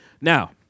Now